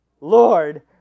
Lord